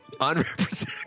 unrepresented